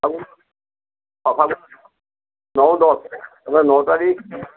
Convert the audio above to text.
এইবাৰ ন তাৰিখ